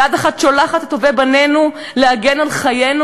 יד אחת שולחת את טובי בנינו להגן על חיינו,